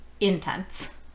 intense